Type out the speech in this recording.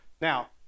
Now